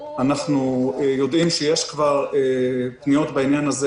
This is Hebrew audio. אנחנו יודעים שיש כבר פניות בעניין הזה,